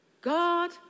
God